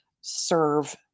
serve